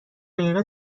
دقیقه